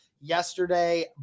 yesterday